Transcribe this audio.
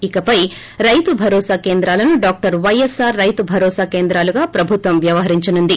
ఇకపై రైతు భరోసా కేంద్రాలను డాక్షర్ పైఎస్సార్ రైతు భరోసా కేంద్రాలుగా ప్రభుత్వం వ్యవహరించనుంది